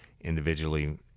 individually